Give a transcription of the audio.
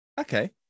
okay